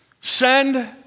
Send